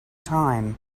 time